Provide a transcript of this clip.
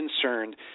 concerned